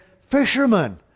fishermen